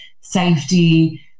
safety